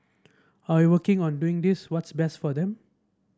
are you working or doing this what's best for them